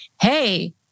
hey